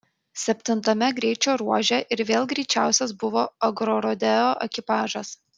septintame greičio ruože ir vėl greičiausias buvo agrorodeo ekipažas